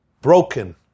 broken